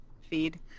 feed